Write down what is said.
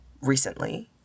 recently